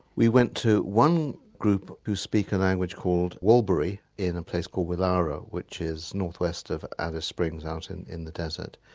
we went to one group who speak a language called walbiri in a place called willowra which is north-west of alice springs out in in the desert,